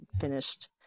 finished